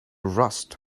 rust